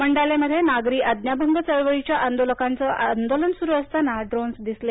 मंडालेमध्ये नागरी आज्ञाभंग चळवळीच्या आंदोलकांचं आंदोलन सुरू असताना ड्रोन्स दिसले